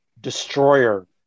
destroyer